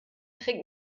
trägt